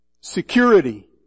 security